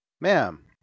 Ma'am